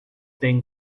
then